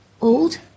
Old